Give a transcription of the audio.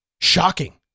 Shocking